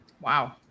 Wow